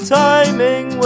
timing